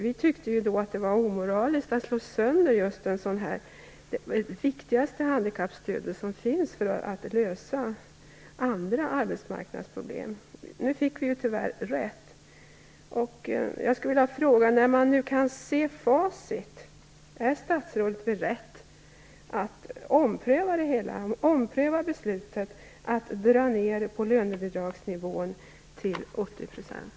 Vi tyckte att det var omoraliskt att slå sönder det viktigaste handikappstöd som finns för att lösa andra arbetsmarknadsproblem. Tyvärr fick vi rätt. Jag skulle vilja fråga: När man nu kan se facit, är statsrådet då beredd att ompröva beslutet att dra ned lönebidragsnivån till 80 %?